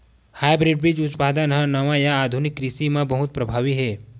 hybrid बीज उत्पादन हा नवा या आधुनिक कृषि मा बहुत प्रभावी हे